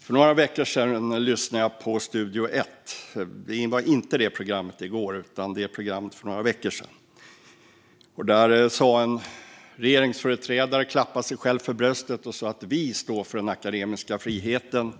För några veckor sedan lyssnade jag på Studio Ett - inte gårdagens program utan för några veckor sedan. En regeringsföreträdare slog sig för bröstet och sa att man står för den akademiska friheten